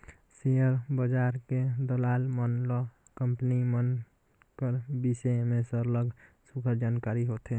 share बजार के दलाल मन ल कंपनी मन कर बिसे में सरलग सुग्घर जानकारी होथे